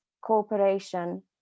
cooperation